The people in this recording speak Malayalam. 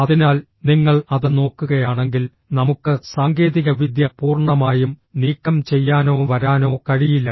അതിനാൽ നിങ്ങൾ അത് നോക്കുകയാണെങ്കിൽ നമുക്ക് സാങ്കേതികവിദ്യ പൂർണ്ണമായും നീക്കം ചെയ്യാനോ വരാനോ കഴിയില്ല